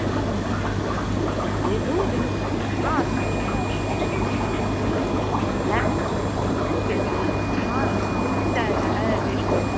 ہاں یہ دودھ ہاں دودھ تو ہے کتنے کے جی چاہیے بھینس کا دودھ بیس کے جی ہاں دودھ تو مل جائے گا ہے ابھی اسٹور